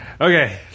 Okay